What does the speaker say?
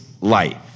life